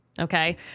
Okay